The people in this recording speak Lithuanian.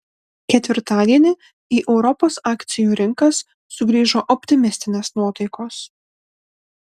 ketvirtadienį į europos akcijų rinkas sugrįžo optimistinės nuotaikos